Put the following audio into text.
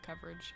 coverage